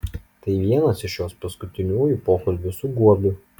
tai vienas iš jos paskutiniųjų pokalbių su guobiu